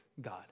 God